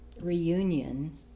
reunion